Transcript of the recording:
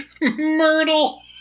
Myrtle